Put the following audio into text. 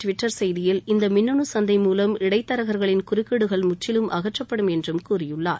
Twitter செய்தியில் இந்த மின்னணு சந்தை மூலம் இடைத் தரகர்களின் அவர் வெளியிட்டுள்ள குறுக்கீடுகள் முற்றிலும் அகற்றப்படும் என்றும் கூறியுள்ளார்